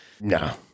No